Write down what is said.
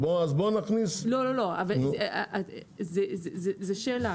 זאת שאלה.